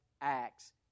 acts